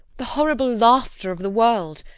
the horrible laughter of the world,